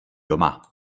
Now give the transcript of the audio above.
doma